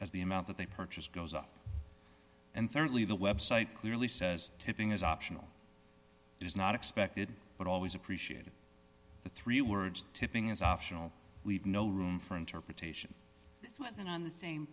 as the amount that they purchase goes up and thirdly the website clearly says tipping is optional is not expected but always appreciated the three words tipping is optional leave no room for interpretation